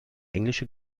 englische